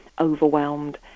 overwhelmed